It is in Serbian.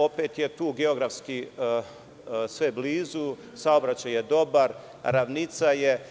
Opet je tu geografski sve blizu, saobraćaj je dobar, ravnica je,